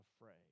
afraid